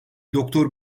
doktor